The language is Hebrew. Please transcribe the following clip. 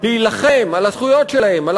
להילחם על הזכויות שלהם,